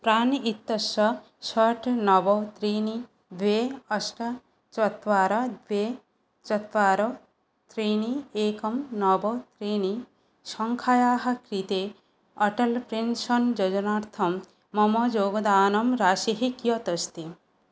प्राण् इत्यस्य षट् नव त्रीणि द्वे अष्ट चत्वारि द्वे चत्वारि त्रीणि एकं नव त्रीणि सङ्खायाः कृते अटल् पेन्शन् योजनार्थं मम योगदानराशिः कियत् अस्ति